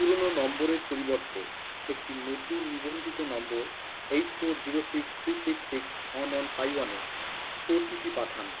পুরোনো নম্বরের পরিবর্তে একটি নতুন নিবন্ধিত নম্বর eight four zero six three six six one one five ওয়ানে ওটিপি পাঠান